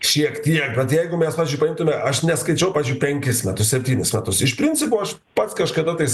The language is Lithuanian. šiek tiek bet jeigu mes paimtume aš neskaičiau pavyzdžiui penkis metus septynis metus iš principo aš pats kažkada tais